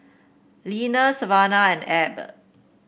Leanna Savanah and Ebb